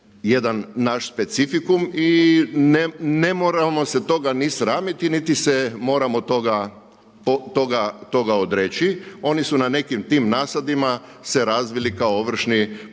jedan naš specifikum i ne moramo se toga ni sramiti niti se moramo toga odreći. Oni su na nekim tim nasadima se razvili kao ovršni postupci,